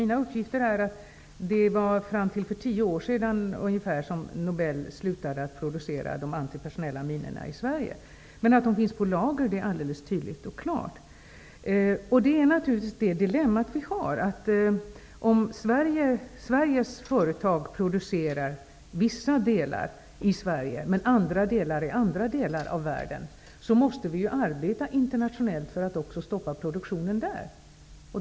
Jag har fått uppgift om att Nobel slutade producera de antipersonella minorna i Sverige för tio år sedan. Men att de finns i lager är alldeles tydligt och klart. Naturligtvis är dilemmat om svenska företag producerar vissa delar i Sverige men andra delar i andra länder i världen, att vi måste arbeta internationellt för att också stoppa produktionen där.